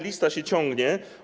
Lista się ciągnie.